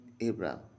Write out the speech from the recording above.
Abraham